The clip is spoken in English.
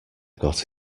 got